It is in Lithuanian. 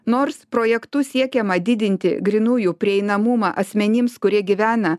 nors projektu siekiama didinti grynųjų prieinamumą asmenims kurie gyvena